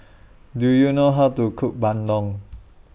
Do YOU know How to Cook Bandung